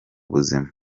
buzima